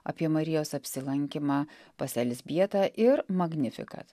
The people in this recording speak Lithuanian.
apie marijos apsilankymą pas elzbietą ir magnifikat